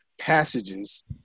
passages